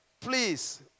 Please